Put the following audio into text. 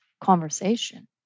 conversation